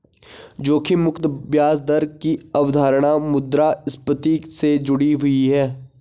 जोखिम मुक्त ब्याज दर की अवधारणा मुद्रास्फति से जुड़ी हुई है